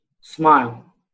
smile